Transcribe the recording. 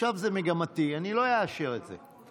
עכשיו זה מגמתי, אני לא אאשר את זה.